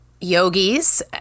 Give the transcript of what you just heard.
yogis